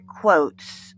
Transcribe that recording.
quotes